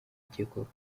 ukekwaho